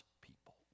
people